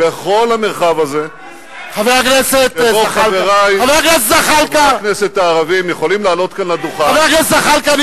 יש קשר בין הון לשלטון במדינת ישראל.